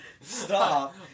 Stop